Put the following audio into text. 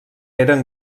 eren